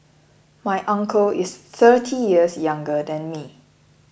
my uncle is thirty years younger than me